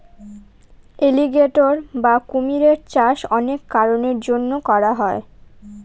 alligator বা কুমিরের চাষ অনেক কারনের জন্য করা হয়